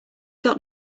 got